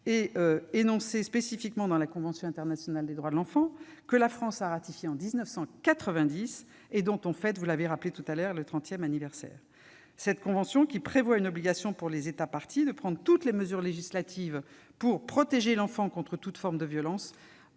énoncée spécifiquement dans la Convention internationale des droits de l'enfant, que la France a ratifiée en 1990 et dont on fête cette année le trentième anniversaire. Cette convention prévoit une obligation, pour les États parties, de prendre toutes mesures législatives « pour protéger l'enfant contre toute forme de violence,